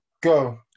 go